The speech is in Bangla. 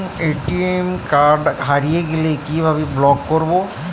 এ.টি.এম কার্ড হারিয়ে গেলে কিভাবে ব্লক করবো?